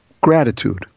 gratitude